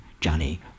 Johnny